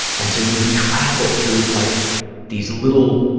and so you would travel through like these little